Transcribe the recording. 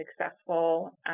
successful